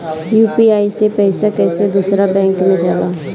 UPI से पैसा कैसे दूसरा बैंक मे जाला?